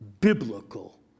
biblical